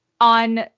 on